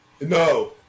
no